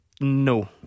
No